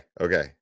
okay